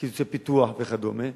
קיצוצי פיתוח וכדומה?